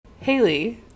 Haley